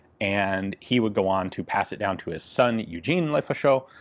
and he would go on to pass it down to his son, eugene lefaucheux,